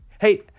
Hey